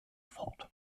fort